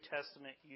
Testament